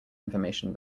information